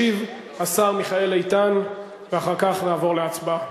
משיב השר מיכאל איתן, ואחר כך נעבור להצבעה.